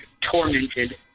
tormented